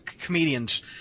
comedians